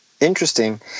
Interesting